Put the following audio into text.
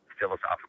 philosophical